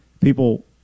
people